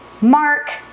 Mark